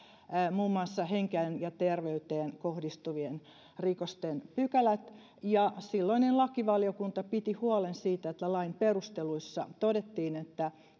muun muassa henkeen ja terveyteen kohdistuvien rikosten pykälät ja silloinen lakivaliokunta piti huolen siitä että lain perusteluissa todettiin että